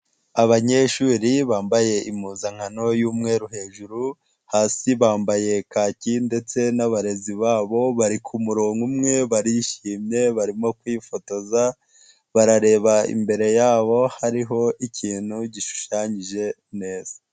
Abanyeshuri bambaye impuzankano y'umweru hejuru, hasi bambaye kaki ndetse n'abarezi babo bari ku murongo umwe, barishimye, barimo kwifotoza, barareba imbere yabo, hariho ikintu gishushanyije neza.